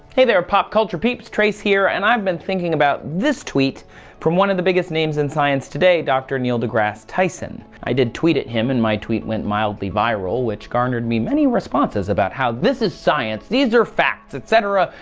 hey there, pop culture peeps, trace here and i've been thinking about this tweet from one of the biggest names in science today, dr. neil degrasse tyson. i did tweet at him and my tweet went mildly viral, which garnered me many responses about how this is science! these are facts, etc,